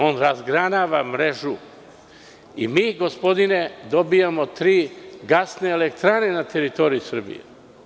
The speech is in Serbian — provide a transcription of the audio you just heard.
On razgranava mrežu i mi dobijamo tri gasne elektrane na teritoriji Srbije.